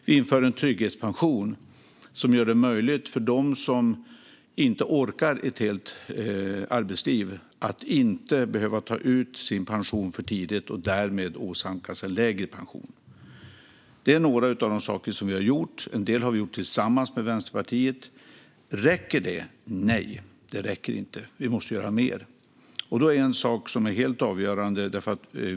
Vi inför en trygghetspension, som gör det möjligt för dem som inte orkar arbeta ett helt arbetsliv att inte behöva ta ut sin pension för tidigt och därmed åsamka sig lägre pension. Det här är några av de saker som vi har gjort. En del har vi gjort tillsammans med Vänsterpartiet. Räcker det? Nej, det räcker inte. Vi måste göra mer. Det finns en sak som är helt avgörande.